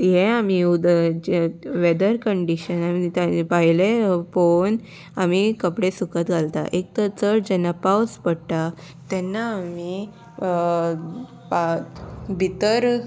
हें आमी उदक वेदर कंडीशन आमी भायले पळोवन आमी कपडे सुकत घालता एक तर चड जेन्ना पावस पडटा तेन्ना आमी भितर